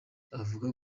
avuga